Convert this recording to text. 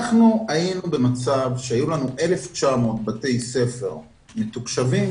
אנחנו היינו במצב שהיו לנו 1,900 בתי ספר מתוקשבים